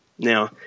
Now